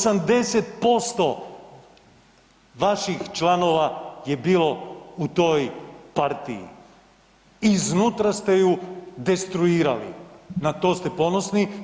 80% vaših članova je bilo u toj partiji i iznutra ste ju destruirali, na to ste ponosni.